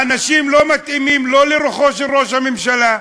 האנשים לא מתאימים, לא לרוחו של ראש הממשלה.